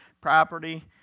property